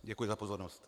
Děkuji za pozornost.